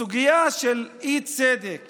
הסוגיה השנייה של אי-צדק